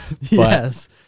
Yes